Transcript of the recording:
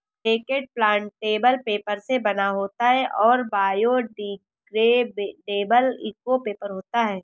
packet plantable paper से बना होता है और बायोडिग्रेडेबल इको पेपर होता है